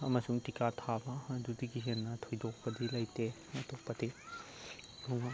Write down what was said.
ꯑꯃꯁꯨꯡ ꯇꯤꯛꯀꯥ ꯊꯥꯕ ꯑꯗꯨꯗꯒꯤ ꯍꯦꯟꯅ ꯊꯣꯏꯗꯣꯛꯄꯗꯤ ꯂꯩꯇꯦ ꯑꯇꯣꯞꯄꯗꯤ ꯑꯗꯨꯕꯨ